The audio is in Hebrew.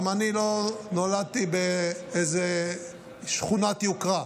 גם אני לא נולדתי בשכונת יוקרה,